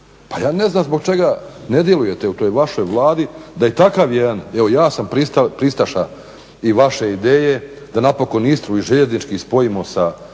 Pa ja ne znam zbog čega ne djelujete u toj vašoj vladi da i takav jedan, evo ja sam pristaša i vaše ideje da napokon Istru i željeznički spojimo sa